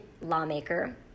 lawmaker